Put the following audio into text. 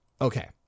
Okay